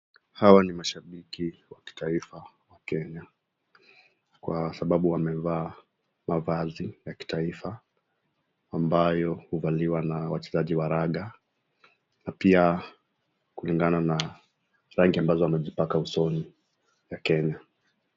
Hawa ni mashabiki wa kitaifa wa Kenya kwa sababu wamevaa mavazi ya kitaifa ambayo huvaliwa na wachezaji wa raga na pia kulingana na rangi ambazo wamejipaka usoni wa Kenya.